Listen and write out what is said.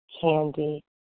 candy